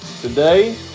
today